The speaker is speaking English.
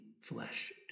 flesh